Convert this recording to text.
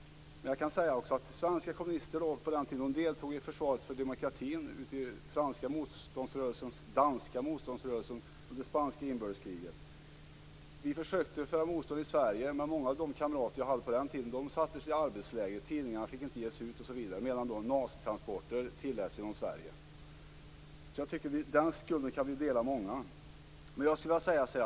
Jag kan också säga att svenska kommunister deltog i försvaret för demokratin på den tiden i den franska motståndsrörelsen, i den danska motståndsrörelsen och under spanska inbördeskriget. Vi försökte göra motstånd i Sverige, men många av mina kamrater från den tiden sattes i arbetsläger. Tidningar fick inte ges ut, osv., medan nazitransporter tilläts genom Sverige. Jag tycker att vi är många som kan dela den skulden.